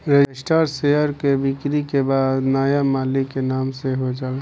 registered share के बिक्री के बाद शेयर नाया मालिक के नाम से हो जाला